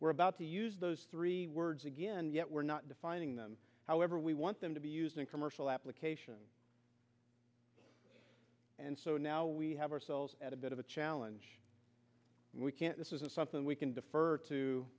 we're about to use those three words again and yet we're not defining them however we want them to be used in commercial applications and so now we have ourselves at a bit of a challenge we can't this isn't something we can defer to